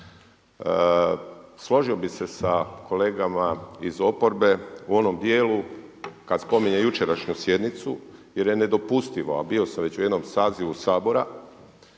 Složio bih se sa kolegama iz oporbe u onom dijelu kad spominje jučerašnju sjednicu, jer je nedopustivo, a bio sam već u jednom sazivu Sabora,